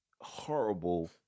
horrible